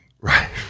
Right